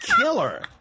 killer